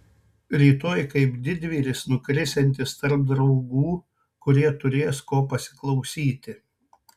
rytoj kaip didvyris nukrisiantis tarp draugų kurie turės ko pasiklausyti